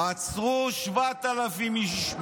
עצרו 7,000 איש,